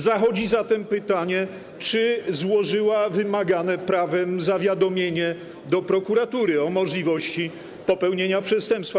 Zachodzi zatem pytanie, czy złożyła wymagane prawem zawiadomienie do prokuratury o możliwości popełnienia przestępstwa.